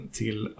till